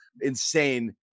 insane